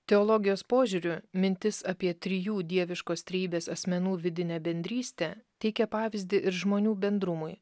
teologijos požiūriu mintis apie trijų dieviškos trejybės asmenų vidinę bendrystę teikia pavyzdį ir žmonių bendrumui